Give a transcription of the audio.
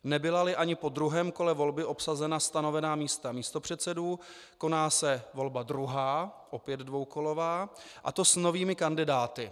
Nebylali ani po druhém kole volby obsazena stanovená místa místopředsedů, koná se volba druhá, opět dvoukolová, a to s novými kandidáty.